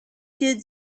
did